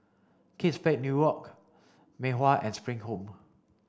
Kate Spade New York Mei Hua and Spring Home